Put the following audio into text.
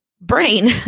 brain